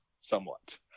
somewhat